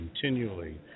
continually